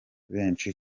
benshi